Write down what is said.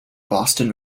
boston